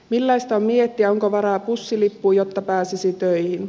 millaista on miettiä onko varaa bussilippuun jotta pääsisi töihin